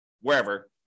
wherever